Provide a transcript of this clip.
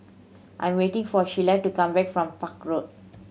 I'm waiting for Sheila to come back from Park Road